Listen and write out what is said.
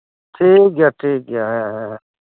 ᱴᱷᱤᱠ ᱜᱮᱭᱟ ᱴᱷᱤᱠᱜᱮᱭᱟ ᱦᱮᱸ ᱦᱮᱸ